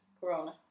corona